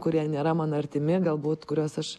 kurie nėra man artimi galbūt kuriuos aš